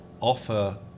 offer